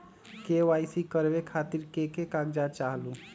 KYC करवे खातीर के के कागजात चाहलु?